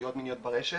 פגיעות מיניות ברשת